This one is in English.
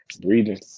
breathing